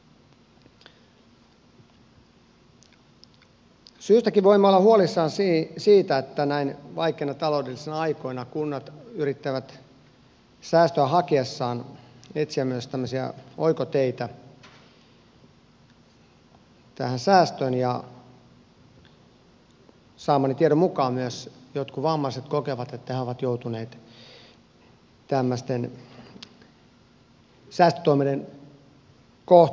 syystäkin voimme olla huolissamme siitä että näin vaikeina taloudellisina aikoina kunnat yrittävät säästöä hakiessaan etsiä myös oikoteitä säästöön ja saamani tiedon mukaan myös jotkut vammaiset kokevat että he ovat joutuneet tämmöisten säästötoimien kohteeksi